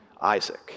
Isaac